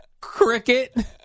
cricket